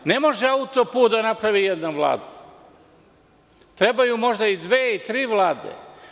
Ne može auto-put da napravi jedna vlada, trebaju možda dve, tri Vlade.